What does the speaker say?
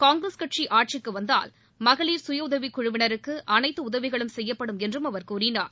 காங்கிரஸ் கட்சி ஆட்சிக்கு வந்தால் மகளிர் சுயஉதவிக் குழுவினருக்கு அனைத்து உதவிகளும் செய்யப்படும் என்றும் அவர் கூறினார்